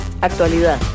Actualidad